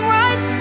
right